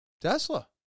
Tesla